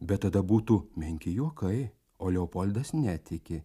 bet tada būtų menki juokai o leopoldas netiki